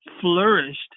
flourished